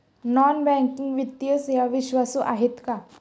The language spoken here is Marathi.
नॉन बँकिंग वित्तीय सेवा विश्वासू आहेत का?